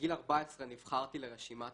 בגיל 14 נבחרתי לרשימה